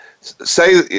Say